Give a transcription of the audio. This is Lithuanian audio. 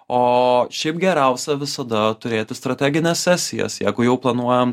o šiaip geriausia visada turėti strategines sesijas jeigu jau planuojam